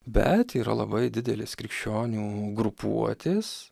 bet yra labai didelės krikščionių grupuotės